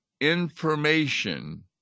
information